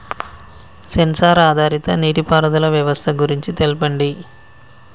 Censor ఆధారిత నీటిపారుదల వ్యవస్థ గురించి తెల్పండి?